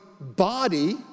body